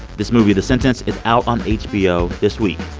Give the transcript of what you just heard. this movie the sentence is out on hbo this week.